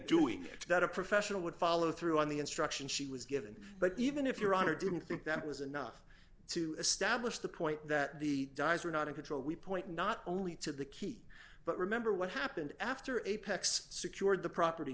doing that a professional would follow through on the instruction she was given but even if your honor didn't think that was enough to establish the point that the dyes were not in control we point not only to the key but remember what happened after apex secured the property